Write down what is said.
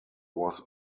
was